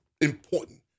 important